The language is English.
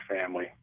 family